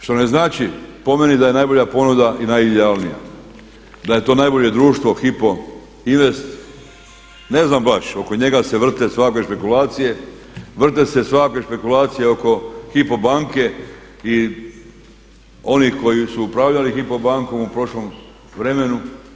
Što ne znači po meni da je najbolja ponuda i najidealnija, da je to najbolje društvo HIPO INVEST, ne znam baš, oko njega se vrte svakakve špekulacije, vrte se svakakve špekulacije oko HIPPO banke i oni koji su upravljali HIPPO bankom u prošlom vremenu.